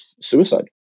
suicide